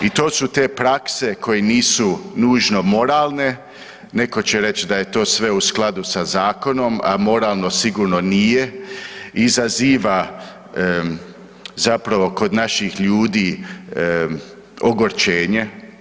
I to su te prakse koje nisu nužno moralne, neko će reć da je to sve u skladu sa zakonom, a moralno sigurno nije, izaziva kod naših ljudi ogorčenje.